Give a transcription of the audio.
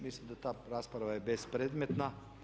Mislim da ta rasprava je bezpredmetna.